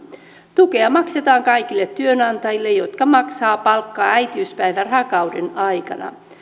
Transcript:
tukea maksetaan kaikille työnantajille jotka maksavat palkkaa äitiyspäivärahakauden aikana